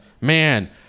man